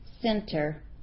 center